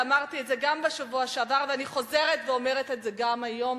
ואמרתי גם בשבוע שעבר ואני חוזרת ואומרת את זה גם היום,